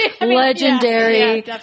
legendary